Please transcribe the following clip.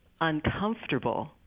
uncomfortable